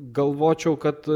galvočiau kad